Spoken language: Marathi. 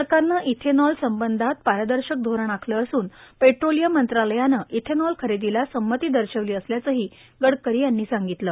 सरकारनं इथेनॉल संबंधात पारदर्शक धोरण आखलं असून पेट्रोलियम मंत्रालयानं इथेनॉल खरेदीला संमती दर्शवली असल्यावंक्षी गडकरी यांनी सांगितलं